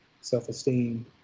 self-esteem